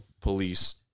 police